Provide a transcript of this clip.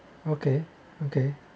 okay okay